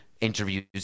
interviews